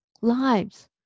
lives